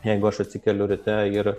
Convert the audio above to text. jeigu aš atsikeliu ryte ir